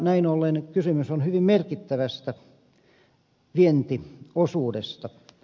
näin ollen kysymys on hyvin merkittävästä vientiosuudesta